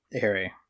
Harry